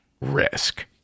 risk